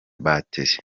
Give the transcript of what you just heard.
batiri